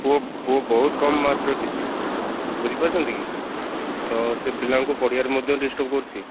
ପୁଅ ପୁଅ ବହୁତ କମ ମାର୍କ ରଖିଛି ବୁଝିପାରୁଛନ୍ତି କି ତ ସିଏ ପିଲାଙ୍କୁ ପଢ଼ିବାରେ ମଧ୍ୟ ଡିଷ୍ଟର୍ବ କରୁଛି